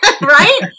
Right